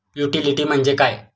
Utility म्हणजे काय?